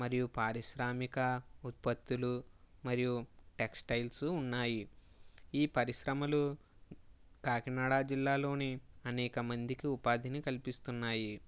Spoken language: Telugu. మరియ పారిశ్రామిక ఉత్పతులు మరియు టెక్స్టైల్సు ఉన్నాయి ఈ పరిశ్రమలు కాకినాడ జిల్లాలోనే అనేక మందికి ఉపాధిని కలిపిస్తున్నాయి